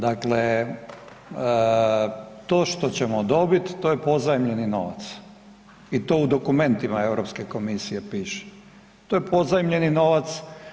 Dakle, to što ćemo dobiti to je pozajmljeni novac i to u dokumentima Europske komisije piše, to je pozajmljeni novac.